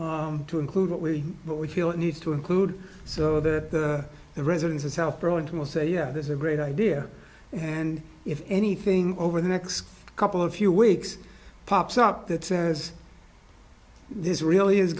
will to include what we what we feel it needs to include so that the residents of south burlington will say yeah this is a great idea and if anything over the next couple of few weeks pops up that says this really is